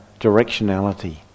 directionality